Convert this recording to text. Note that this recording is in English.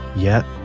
yet,